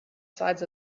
sides